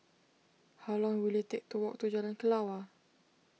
how long will it take to walk to Jalan Kelawar